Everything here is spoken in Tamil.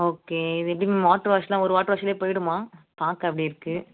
ஓகே இது எப்படி மேம் வாட்ரு வாஷ்லாம் ஒரு வாட்ரு வாஷில் போயிடுமா பார்க்க அப்படி இருக்குது